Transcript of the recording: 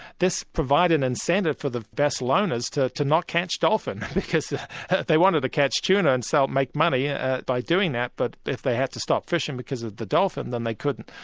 this provided incentive for the vessel owners to to not catch dolphin, because they wanted to catch tuna and so make money by doing that, but if they had to stop fishing because of the dolphin, then they couldn't.